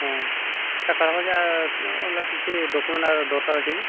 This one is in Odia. ହଁ ସେଇଟା କାଢ଼ିବ ଯେ ଅଲଗା କିଛି ଡକ୍ୟୁମେଣ୍ଟ ଦରକାର ଅଛି କି